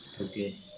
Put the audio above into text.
Okay